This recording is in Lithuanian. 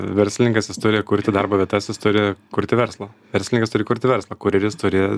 verslininkas jis turi kurti darbo vietas jis turi kurti verslą verslininkas turi kurti verslą kurjeris turi